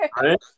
Right